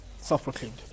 Self-proclaimed